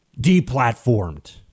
deplatformed